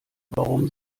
warum